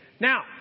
Now